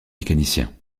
mécaniciens